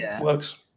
works